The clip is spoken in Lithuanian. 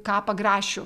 kapą grašių